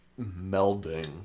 melding